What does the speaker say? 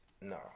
no